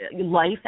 life